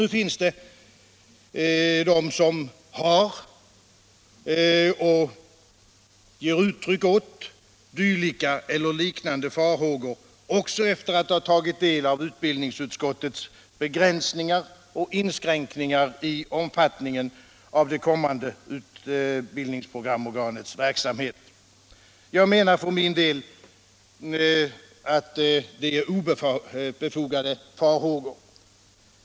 Nu finns det de som har gett och ger uttryck åt dylika eller liknande farhågor, också efter att ha tagit del av utbildningsutskottets begränsningar och inskränkningar i omfattningen av det kommande utbildningsprogramorganets verksamhet. Jag menar för min del att det är obefogade farhågor.